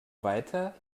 weiter